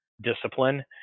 discipline